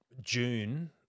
June